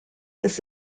this